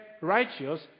righteous